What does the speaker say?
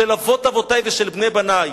של אבות-אבותי ושל בני-בני.